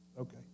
Okay